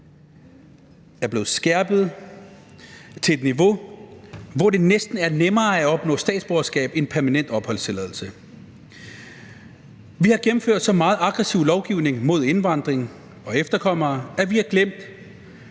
år blevet skærpet til et niveau, hvor det næsten er nemmere at opnå statsborgerskab end permanent opholdstilladelse. Vi har jo gennemført så meget aggressiv lovgivning mod indvandrere og efterkommere, at vi har glemt,